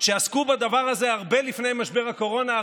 שעסקו בדבר הזה הרבה לפני משבר הקורונה,